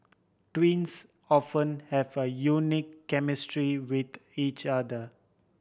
twins often have a unique chemistry with each other